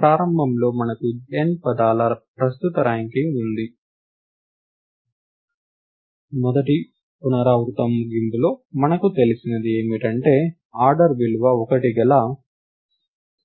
ప్రారంభంలో మనకు n పదాల ప్రస్తుత ర్యాంకింగ్ ఉంది మొదటి పునరావృతం ముగింపులో మనకు తెలిసినది ఏమిటంటే ఆర్డర్ విలువ 1 గల